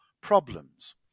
problems